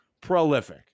prolific